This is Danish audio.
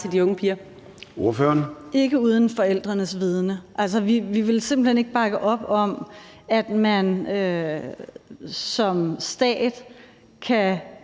hvis det skal være uden forældrenes vidende. Vi vil simpelt hen ikke bakke op om, at man som stat kan